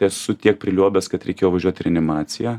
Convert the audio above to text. esu tiek priliuobęs kad reikėjo važiuot į reanimaciją